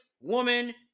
woman